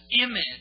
image